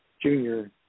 Junior